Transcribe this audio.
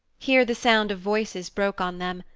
here the sound of voices broke on them,